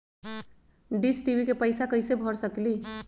Dish TV के पैईसा कईसे भर सकली?